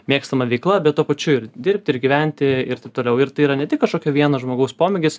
mėgstama veikla bet tuo pačiu ir dirbti ir gyventi ir taip toliau ir tai yra ne tik kažkokio vieno žmogaus pomėgis